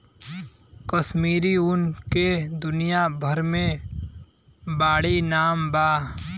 कश्मीरी ऊन के दुनिया भर मे बाड़ी नाम बा